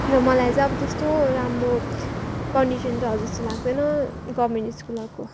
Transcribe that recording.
र मलाई चाहिँ अब त्यस्तो राम्रो कन्डिसन छ जस्तो लाग्दैन गभर्नमेन्ट स्कुलहरूको